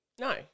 No